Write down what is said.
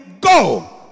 Go